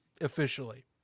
officially